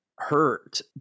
hurt